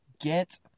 get